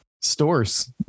stores